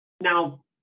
Now